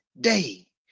day